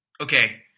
Okay